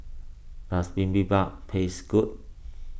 does Bibimbap taste good